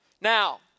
Now